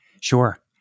Sure